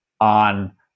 on